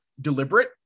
deliberate